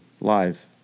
live